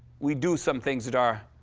we do some things that are,